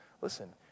listen